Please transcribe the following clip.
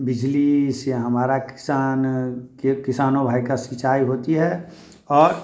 बिजली से हमारा किसान के किसनों भाई का सिंचाई होती है और